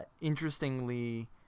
interestingly